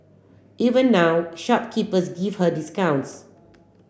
even now shopkeepers give her discounts